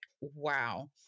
Wow